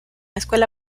escuela